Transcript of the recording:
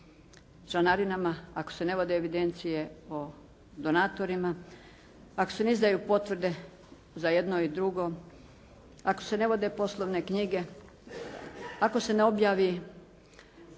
o članarinama, ako se ne vode evidencije o donatorima, ako se ne izdaju potvrde za jedno i drugo, ako se ne vode poslovne knjige, ako se ne objavi